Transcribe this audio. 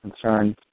concerns